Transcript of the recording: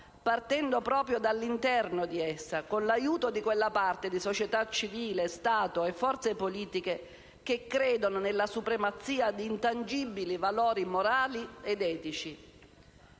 partendo proprio dall'interno di essa, con l'aiuto di quella parte di società civile, Stato e forze politiche che credono nella supremazia di intangibili valori morali ed etici.